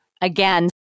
again